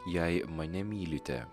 jei mane mylite